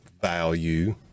value